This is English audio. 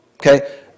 okay